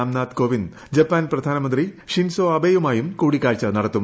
Ramnath Kovind Japan പ്രധാനമന്ത്രി Shinzo ആബേയുമായും കൂടിക്കാഴ്ച നടത്തും